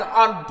on